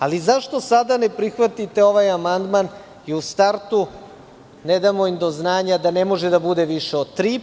Ali, zašto sada ne prihvatite ovaj amandman i u startu ne damo im do znanja da ne može da bude više od tri?